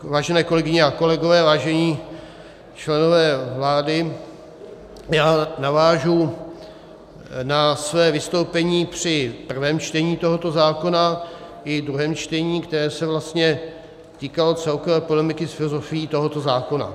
Vážené kolegyně a kolegové, vážení členové vlády, já navážu na své vystoupení při prvém čtení tohoto zákona i druhém čtení, které se vlastně týkalo celkové polemiky s filozofií tohoto zákona.